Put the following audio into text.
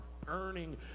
burning